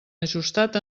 ajustat